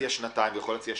שנתיים ושלוש.